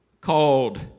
called